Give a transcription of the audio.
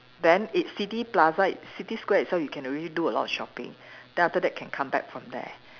then it city plaza city square itself you can already do a lot of shopping then after that can come back from there